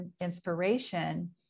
inspiration